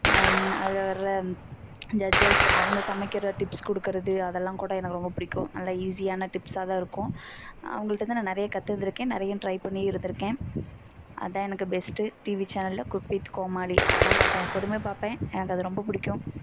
அதில் வர்கிற ஜட்ஜஸ் அவங்க சமைக்கிற டிப்ஸ் கொடுக்குறது அதெல்லாம் கூட எனக்கு ரொம்ப பிடிக்கும் நல்ல ஈஸியான டிப்ஸாக தான் இருக்கும் அவங்கள்ட்டேந்து நான் நிறைய கத்திருந்திருக்கேன் நிறைய ட்ரை பண்ணியும் இருந்திருக்கேன் அதுதான் எனக்கு பெஸ்ட்டு டிவி சேனலில் குக் வித் கோமாளி அதுதான் பார்ப்பேன் எப்போதுமே பார்ப்பேன் எனக்கு அது ரொம்ப பிடிக்கும்